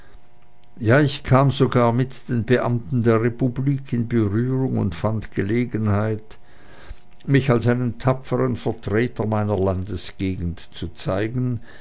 ja ich kam sogar mit den beamten der republik in berührung und fand gelegenheit mich als einen tapfern vertreter meiner landesgegend zu zeigen